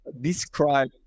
describe